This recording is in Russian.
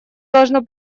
должно